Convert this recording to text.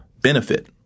benefit